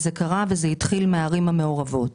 זה אירוע שהתחיל מהערים המעורבות.